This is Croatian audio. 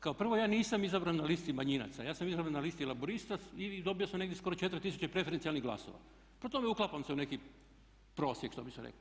Kao prvo, ja nisam izabran na listi manjinaca, ja sam izabran na listi Laburista i dobio sam negdje skoro 4 tisuće preferencijalnih glasova, po tome uklapam se u neki prosjek što bi se reklo.